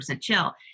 chill